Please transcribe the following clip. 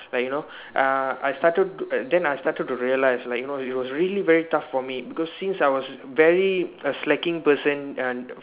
like you know uh I started then I started to realise like you know it was really very tough for me because since I was very a slacking person and